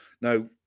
Now